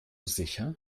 sicher